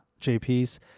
JP's